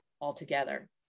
altogether